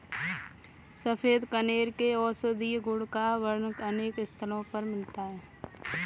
सफेद कनेर के औषधीय गुण का वर्णन अनेक स्थलों पर मिलता है